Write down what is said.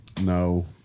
No